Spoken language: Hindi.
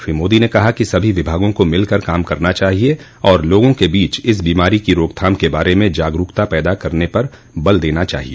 श्री मोदी ने कहा कि सभी विभागों को मिलकर काम करना चाहिए और लोगों के बीच इस बीमारी की रोकथाम के बारे में जागरुकता पैदा करने पर बल देना चाहिए